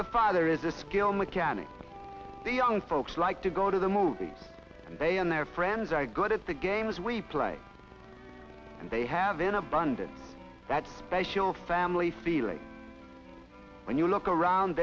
the father is a skill mechanic the young folks like to go to the movies and they and their friends are good at the games we play and they have in abundance that special family feeling when you look around